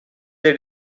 they